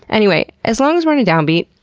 anyway. as long as we're on a down beat,